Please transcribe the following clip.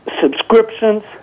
subscriptions